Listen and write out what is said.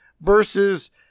versus